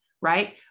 right